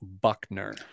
Buckner